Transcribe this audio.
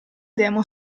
demo